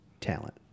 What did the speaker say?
talent